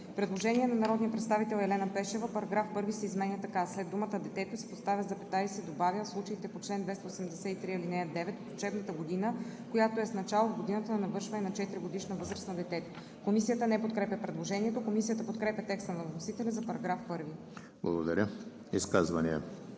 Предложение на народния представител Елена Пешева: „Параграф 1 се изменя така: след думата „детето“ се поставя запетая и се добавя „а в случаите по чл. 283, ал. 9, от учебната година, която е с начало в годината на навършване на 4-годишна възраст на детето“.“ Комисията не подкрепя предложението. Комисията подкрепя текста на вносителя за § 1. ПРЕДСЕДАТЕЛ